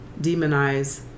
demonize